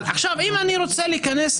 אבל אם אני בן הציבור